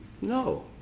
No